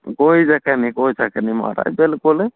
कोई चक्कर नी कोई चक्कर नी महाराज बिलकुल